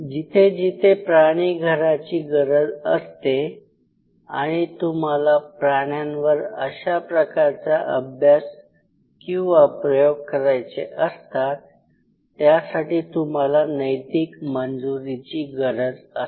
जिथे जिथे प्राणी घराची गरज असते आणि तुम्हाला प्राण्यांवर अशा प्रकारचा अभ्यास किंवा प्रयोग करायचे असतात त्यासाठी तुम्हाला नैतिक मंजुरीची गरज असते